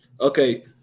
Okay